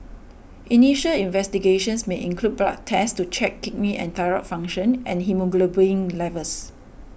initial investigations may include blood tests to check kidney and thyroid function and haemoglobin levels